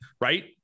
right